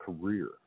career